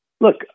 look